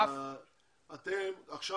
עכשיו